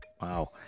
Wow